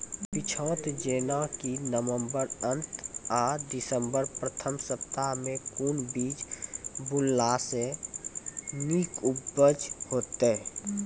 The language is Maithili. पीछात जेनाकि नवम्बर अंत आ दिसम्बर प्रथम सप्ताह मे कून बीज बुनलास नीक उपज हेते?